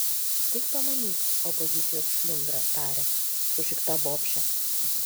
tik pamanyk opozicijos šliundra tarė sušikta bobšė